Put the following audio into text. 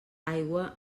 aigua